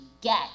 get